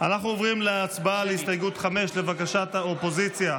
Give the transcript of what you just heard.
עוברים להצבעה על הסתייגות מס' 5. לבקשת האופוזיציה,